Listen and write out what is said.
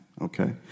okay